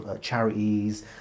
charities